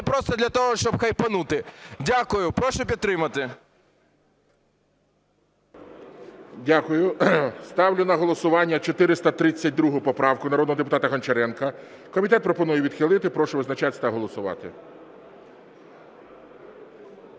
просто для того, щоб хайпонути. Дякую. Прошу підтримати. ГОЛОВУЮЧИЙ. Дякую. Ставлю на голосування 432 поправку народного депутата Гончаренка. Комітет пропонує відхилити. Прошу визначатись та голосувати.